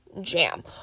jam